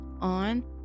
on